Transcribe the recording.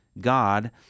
God